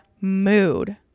mood